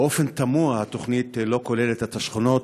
באופן תמוה, התוכנית לא כוללת את השכונות